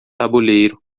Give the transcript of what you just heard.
tabuleiro